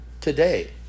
today